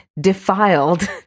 defiled